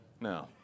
No